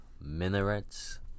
minarets